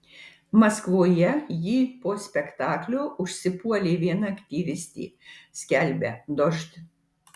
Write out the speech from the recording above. maskvoje jį po spektaklio užsipuolė viena aktyvistė skelbia dožd